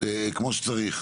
כמו שצריך,